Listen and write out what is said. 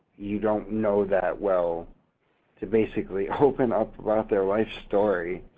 you don't know that well to basically open up about their life story